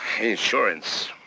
Insurance